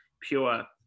pure